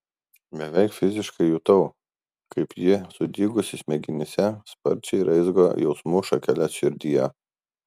beveik fiziškai jutau kaip ji sudygusi smegenyse sparčiai raizgo jausmų šakeles širdyje